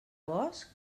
bosc